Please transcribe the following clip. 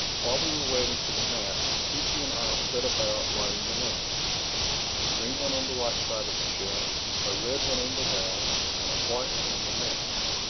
while we were waiting for the maps chee-chee and i set about lighting the lamps a green one on the right side of the ship, a red one on the left and a white one on the mast.